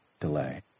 delay